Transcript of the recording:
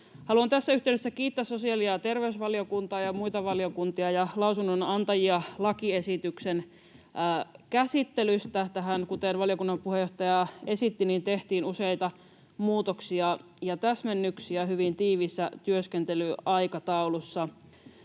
Haluan tässä yhteydessä kiittää sosiaali‑ ja terveysvaliokuntaa ja muita valiokuntia ja lausunnon antajia lakiesityksen käsittelystä. Tähän, kuten valiokunnan puheenjohtaja esitti, tehtiin useita muutoksia ja täsmennyksiä hyvin tiiviissä työskentelyaikataulussa.